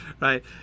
right